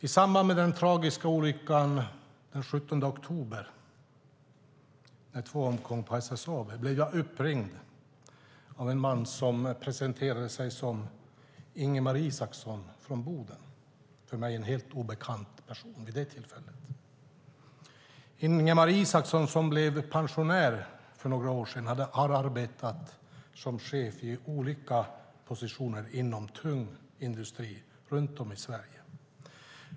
I samband med den tragiska olyckan den 17 oktober, då två personer omkom på SSAB, blev jag uppringd av en man som presenterade sig som Ingemar Isaksson från Boden. Han var vid det tillfället en för mig helt obekant person. Ingemar Isaksson, som blev pensionär för några år sedan, har arbetat som chef i olika positioner inom tung industri runt om i Sverige.